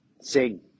sing